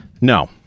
No